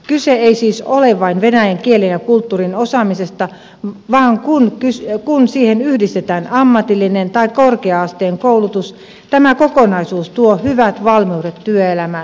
kyse ei siis ole vain venäjän kielen ja kulttuurin osaamisesta vaan kun siihen yhdistetään ammatillinen tai korkea asteen koulutus tämä kokonaisuus tuo hyvät valmiudet työelämään